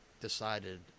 decided